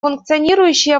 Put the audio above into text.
функционирующие